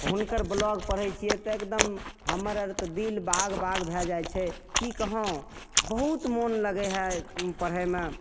हुनकर ब्लोग पढ़ै छियै तऽ एकदम हमर तऽ दिल बाग बाग भए जाइ छै की कहाँ बहुत मोन लगै हइ पढ़ैमे